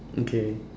okay